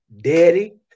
Daddy